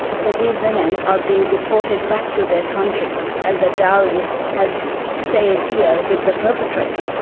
and so these women are being deported back to their country and the dowry has stayed here with the perpetrator.